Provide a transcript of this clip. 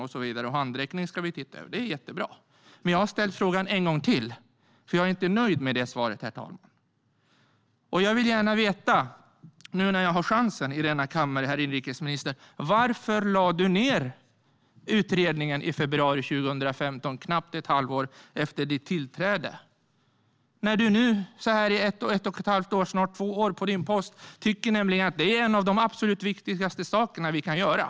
Och handräckning ska vi titta över. Det är jättebra. Men jag har ställt frågan en gång till. Jag är inte nöjd med det svaret, herr talman. Jag vill gärna veta hur det är, nu när jag har chansen i denna kammare. Herr inrikesminister! Varför lade du ned utredningen i februari 2015, knappt ett halvår efter ditt tillträde? Nu när du har varit på din post i ett och ett halvt år, snart två år, tycker du nämligen att detta är en av de absolut viktigaste sakerna vi kan göra.